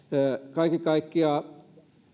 kaiken kaikkiaan kun